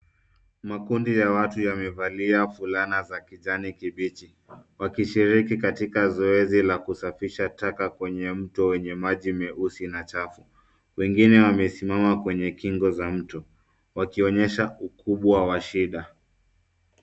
Makundi ya watu yamevalia fulana za kijani kibichi wakishiriki katika zoezi la kusafisha taka kwenye mto wenye maji meusi na chafu. Wengine wamesimama kwenye kingo za mto wakionyesha ukubwa wa shida.